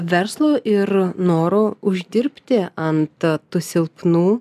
verslo ir noro uždirbti ant tų silpnų